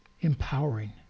empowering